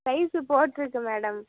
price போட்டுருக்கு madam